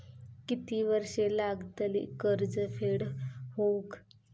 किती वर्षे लागतली कर्ज फेड होऊक?